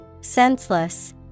senseless